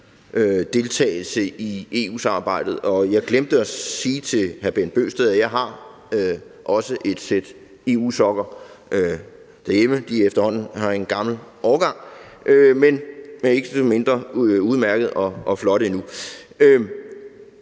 deltagelse i EU-samarbejdet, og jeg glemte at sige til hr. Bent Bøgsted, at jeg også har et sæt EU-sokker derhjemme. De er efterhånden af en gammel årgang, men er ikke desto mindre udmærkede og flotte endnu.